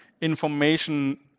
information